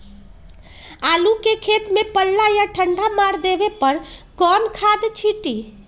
आलू के खेत में पल्ला या ठंडा मार देवे पर कौन खाद छींटी?